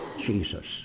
Jesus